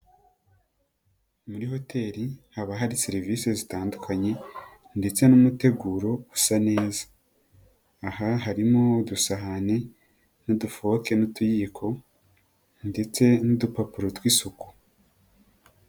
Muri hoteli haba hari serivisi zitandukanye ndetse n'umuteguro usa neza, aha harimo udusahane n'udufoke n'utuyiko ndetse n'udupapuro tw'isuku.